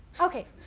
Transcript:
okay.